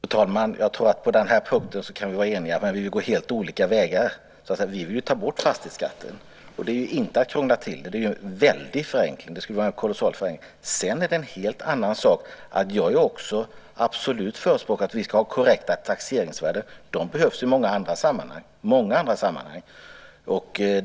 Fru talman! Jag tror att på den här punkten kan vi vara eniga, men vi vill gå helt olika vägar. Vi vill ju ta bort fastighetsskatten, och det är inte att krångla till det. Det skulle vara en kolossal förenkling. Sedan är det en helt annan sak att jag också är absolut förespråkare av korrekta taxeringsvärden. De behövs i många andra sammanhang.